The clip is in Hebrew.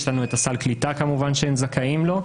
יש לנו את סל הקליטה כמובן שהם זכאים לו,